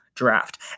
Draft